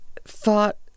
thought